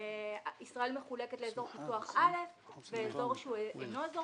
ישראל מחולקת לאזור פיתוח א' ואזור שהוא אינו אזור